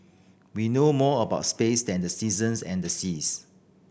we know more about space than the seasons and the seas